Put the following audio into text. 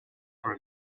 for